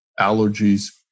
allergies